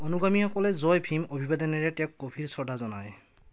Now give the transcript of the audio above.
অনুগামীসকলে জয় ভীম অভিবাদনেৰে তেওঁক গভীৰ শ্ৰদ্ধা জনায়